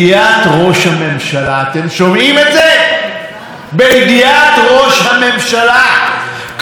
כבר במרס 2016 התברר כי ראש הממשלה ומנכ"ל משרד התקשורת,